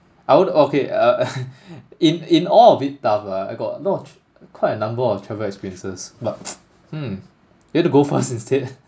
I would okay uh uh in in all of it tough lah I got a lot of quite a number of travel experiences but hmm you want to go first instead